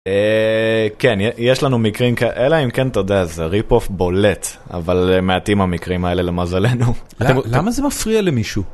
כן יש לנו מקרים כאלה אם כן אתה יודע זה rip-off בולט אבל מעטים המקרים האלה למזלנו. למה זה מפריע למישהו?